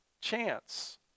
chance